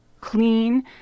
clean